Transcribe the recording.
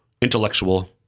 intellectual